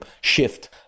shift